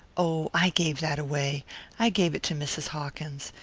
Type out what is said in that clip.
oh, i gave that away i gave it to mrs. hawkins.